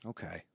Okay